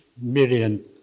million